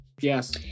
Yes